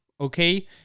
okay